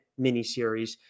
miniseries